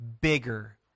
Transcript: bigger